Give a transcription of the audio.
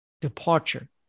departure